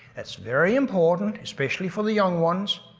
that's very important, especially for the young ones.